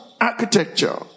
architecture